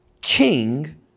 king